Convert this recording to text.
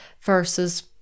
versus